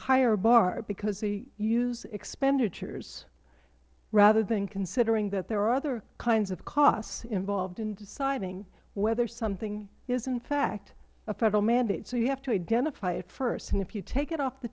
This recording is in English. higher bar because they use expenditures rather than considering that there are other kinds of costs involved in deciding whether something is in fact a federal mandate so you have to identify it first and if you take it off the